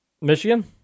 Michigan